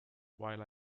while